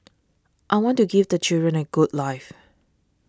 I want to give the children a good life